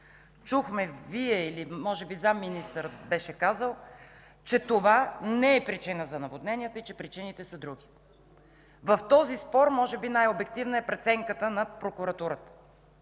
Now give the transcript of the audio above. Чухме Вие или може би заместник-министърът беше казал, че това не е причина за наводненията и причините са други. В този спор може би най-обективна е преценката на прокуратурата.